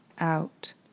out